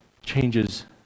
changes